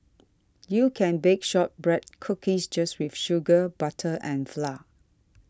you can bake Shortbread Cookies just with sugar butter and flour